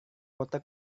kota